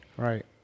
Right